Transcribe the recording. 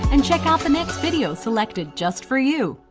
and check out the next video selected just for you!